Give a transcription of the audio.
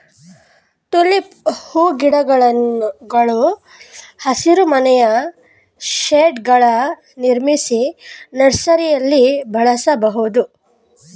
tulip ಹೂಗಿಡಗಳು ಹಸಿರುಮನೆಯ ಶೇಡ್ಗಳನ್ನು ನಿರ್ಮಿಸಿ ನರ್ಸರಿಯಲ್ಲಿ ಬೆಳೆಯಬೋದು